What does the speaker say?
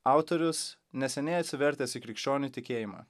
autorius neseniai atsivertęs į krikščionių tikėjimą